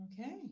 okay